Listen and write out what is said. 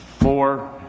four